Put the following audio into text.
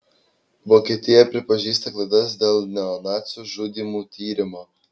vokietija pripažįsta klaidas dėl neonacių žudymų tyrimo